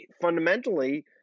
fundamentally